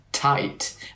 tight